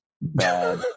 bad